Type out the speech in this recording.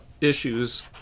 issues